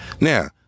now